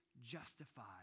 justified